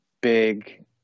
big